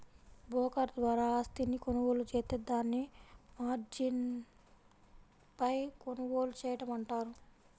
broker ద్వారా ఆస్తిని కొనుగోలు జేత్తే దాన్ని మార్జిన్పై కొనుగోలు చేయడం అంటారు